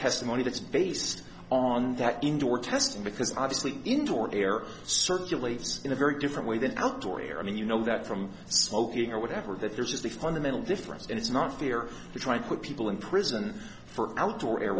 testimony that's based on that indoor testing because obviously into our air circulates in a very different way than outdoor air i mean you know that from smoking or whatever that there's just a fundamental difference and it's not fair to try to put people in prison for outdoor air